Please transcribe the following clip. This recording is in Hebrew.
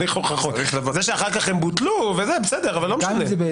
זה שאחר כך הם בוטלו בסדר, אבל לא משנה.